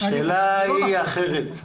השאלה היא אחרת.